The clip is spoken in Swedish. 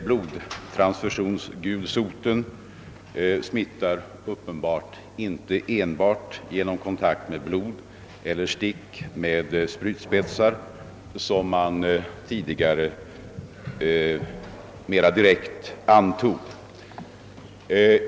Blodtransfusionsgulsoten smittar uppenbarligen inte enbart genom kontakt med blod eller stick med sprutspetsar, som man tidigare antog.